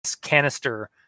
canister